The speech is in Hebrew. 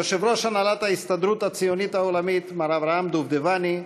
יושב-ראש הנהלת ההסתדרות הציונית העולמית מר אברהם דובדבני,